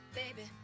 baby